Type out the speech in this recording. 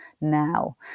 now